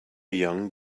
young